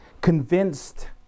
convinced